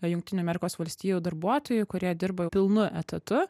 jungtinių amerikos valstijų darbuotojų kurie dirbo pilnu etatu